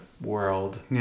world